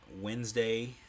Wednesday